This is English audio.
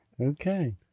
okay